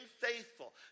faithful